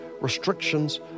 Restrictions